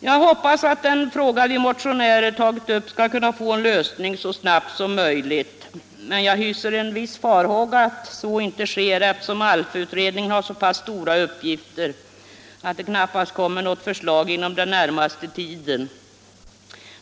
Jag hoppas att den fråga som vi motionärer har tagit upp skall få en lösning så snabbt som möjligt, men jag hyser vissa farhågor för att så inte sker eftersom ALF-utredningen har så pass stora uppgifter att det knappast kommer något förslag från utredningen inom den närmaste tiden.